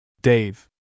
Dave